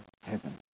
heaven